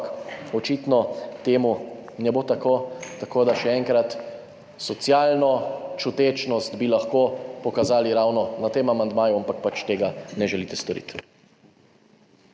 ampak očitno ne bo tako. Tako da še enkrat, socialno čutnost bi lahko pokazali ravno pri tem amandmaju, ampak pač tega ne želite storiti.